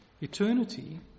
Eternity